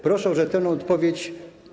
Proszę o rzetelną odpowiedź.